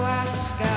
ask